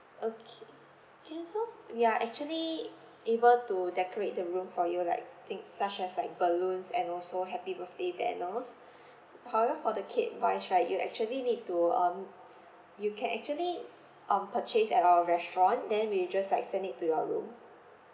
okay can so f~ we are actually able to decorate the room for you like things such as like balloons and also happy birthday banners however for the cake wise right you actually need to um you can actually um purchase at our restaurant then we will just like send it to your room